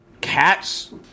Cats